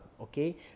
okay